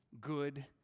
good